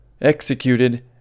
executed